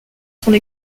sont